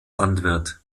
landwirt